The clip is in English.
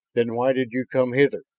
then why did you come hither?